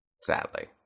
Sadly